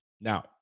Now